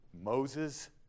Moses